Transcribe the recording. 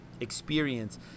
experience